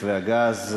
מתווה הגז,